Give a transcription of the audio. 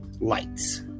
lights